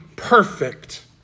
perfect